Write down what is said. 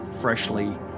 freshly